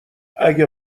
اگه